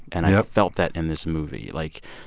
and i have felt that in this movie. like,